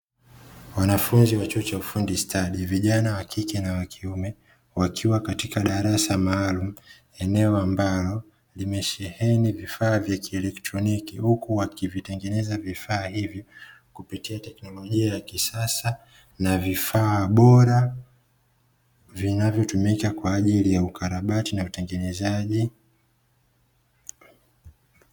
Wanafunzi wa chuo cha ufundi stadi, vijana wa kike na wa kiume, wakiwa katika darasa maalumu eneo ambalo limesheheni vifaa vya kielektroniki; huku wakivitengeneza vifaa hivyo kupitia teknolojia ya kisasa na vifaa bora, vinavyotumika kwa ajili ya ukarabati na utengenezaji.